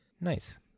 Nice